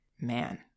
Man